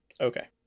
Okay